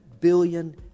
billion